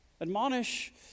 Admonish